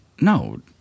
No